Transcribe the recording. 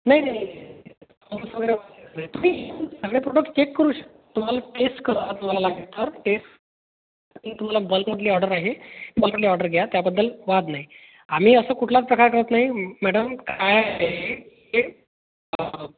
नाही नाही नाही आंबूस वगैरे वास येत नाही तुम्ही सगळे प्रोडक्ट चेक करू शकता तुम्हाला टेस्ट करा तुम्हाला लागेल तर टेस्ट तुम्हाला बल्कमधली ऑर्डर आहे बल्कमधली ऑर्डर घ्या त्याबद्दल वाद नाही आम्ही असं कुठलाच प्रकार करत नाही मॅडम काय आहे